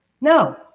no